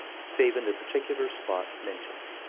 save in the particular spot mentioned.